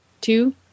two